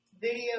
Video